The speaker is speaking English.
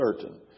certain